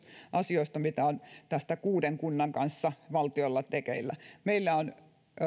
asioista mitä on tästä kuuden kunnan kanssa valtiolla tekeillä meillä on